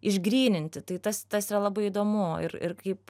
išgryninti tai tas tas yra labai įdomu ir ir kaip